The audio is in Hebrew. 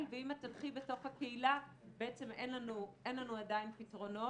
ואם את תלכי בתוך הקהילה בעצם אין לנו עדיין פתרונות.